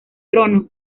trono